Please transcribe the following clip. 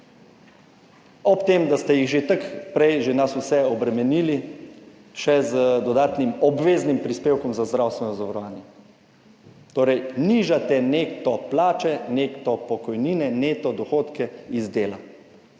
Ob tem, da ste jih že tako prej že nas vse obremenili še z dodatnim obveznim prispevkom za zdravstveno zavarovanje. Torej nižate neto plače, neto pokojnine, neto dohodke iz dela.